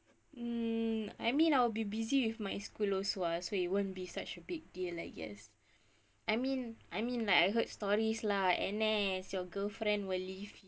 mm I mean I'll be busy with my school also [what] so it won't be such a big deal I guess I mean I mean like I heard stories lah N_S your girlfriend will leave